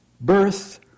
Birth